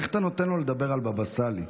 איך אתה נותן לו לדבר על הבבא סאלי?